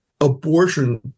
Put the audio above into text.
abortion